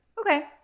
Okay